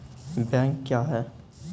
Bank क्या हैं?